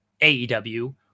AEW